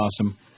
awesome